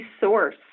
source